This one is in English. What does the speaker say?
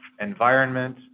environment